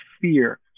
fear